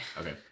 Okay